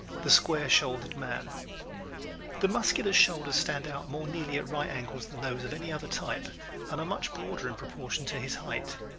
the square-shouldered man the muscular's shoulders stand out more nearly at right angles than those of any other type and are much broader in proportion to his height.